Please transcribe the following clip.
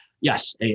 yes